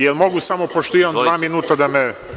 Jel mogu samo pošto imam dva minuta da me…